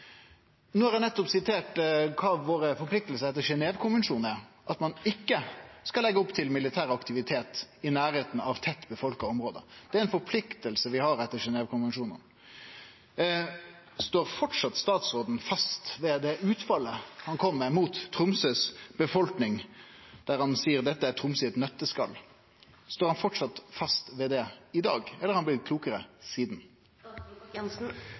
har eg nettopp sitert kva våre forpliktingar er etter Genèvekonvensjonane, at ein ikkje skal leggje opp til militær aktivitet i nærleiken av folkerike område. Det er ei forplikting vi har etter Genèvekonvensjonane. Står statsråden framleis fast ved det utfallet han kom med mot befolkninga i Tromsø, der han seier: «Dette er Tromsø i et nøtteskall»? Står han framleis fast ved det i dag, eller har han